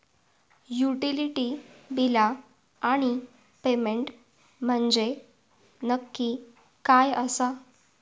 Utility बिला आणि payment म्हंजे नक्की काय आसा?